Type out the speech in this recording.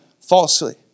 falsely